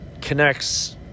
connects